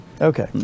Okay